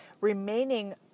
remaining